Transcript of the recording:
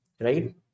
Right